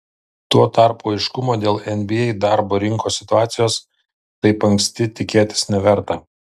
tuo tarpu aiškumo dėl nba darbo rinkos situacijos taip anksti tikėtis neverta